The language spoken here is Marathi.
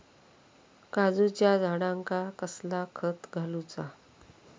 काजूच्या झाडांका कसला खत घालूचा?